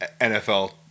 NFL